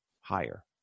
higher